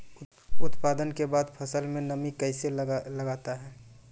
उत्पादन के बाद फसल मे नमी कैसे लगता हैं?